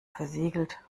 versiegelt